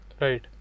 Right